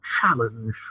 challenge